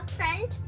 friend